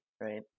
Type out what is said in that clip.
right